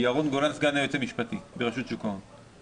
ירון גולן, סגן היועץ המשפטי ברשות שוק ההון.